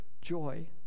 joy